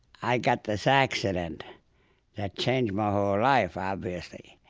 i got this accident that changed my whole life, obviously,